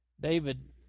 David